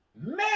Man